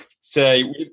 say